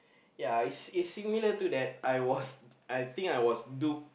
ya it's it's similar to that I was I think I was noob